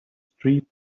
street